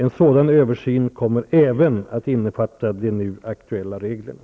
En sådan översyn kommer även att innefatta de nu aktuella reglerna.